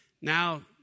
Now